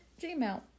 gmail